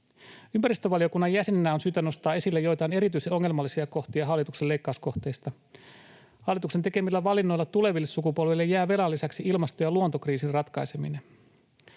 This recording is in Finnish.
Ympäristövaliokunnan jäsenenä on syytä nostaa esille joitain erityisen ongelmallisia kohtia hallituksen leikkauskohteista. Hallituksen tekemillä valinnoilla tuleville sukupolville jää velan lisäksi ilmasto- ja luontokriisin ratkaiseminen.